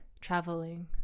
traveling